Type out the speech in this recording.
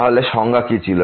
তাহলে সংজ্ঞা কি ছিল